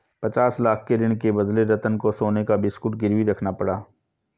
पचास लाख के ऋण के बदले रतन को सोने का बिस्कुट गिरवी रखना पड़ा